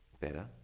better